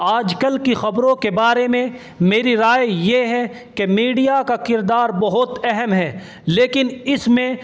آج کل کی خبروں کے بارے میں میری رائے یہ ہے کہ میڈیا کا کردار بہت اہم ہے لیکن اس میں